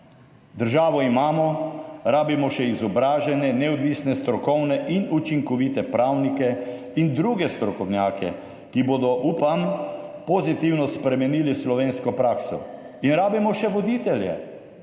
Državo imamo; rabimo še izobražene, neodvisne, strokovne in učinkovite pravnike in druge strokovnjake, ki bodo, upam, pozitivno spremenili slovensko prakso. In rabimo še voditelje,